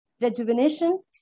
rejuvenation